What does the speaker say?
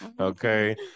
Okay